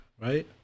right